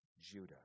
Judah